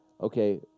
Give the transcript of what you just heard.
okay